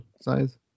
size